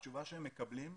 התשובה שהם מקבלים היא: